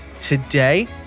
today